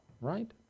right